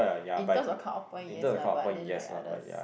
in terms of cut off point yes lah but then like others